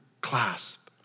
clasp